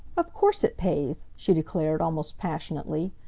of course it pays! she declared, almost passionately.